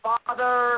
Father